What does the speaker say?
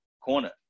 corner